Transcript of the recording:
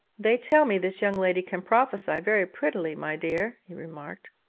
they tell me this young lady can prophesy very prettily, my dear he remarked.